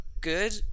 good